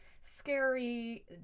scary